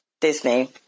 Disney